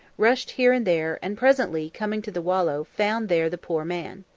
rushed here and there, and presently, coming to the wallow, found there the poor man.